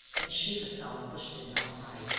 and she herself pushed him outside.